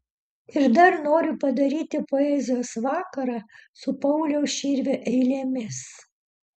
ir dar noriu padaryti poezijos vakarą su pauliaus širvio eilėmis